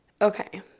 Okay